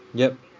yup